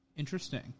Interesting